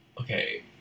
Okay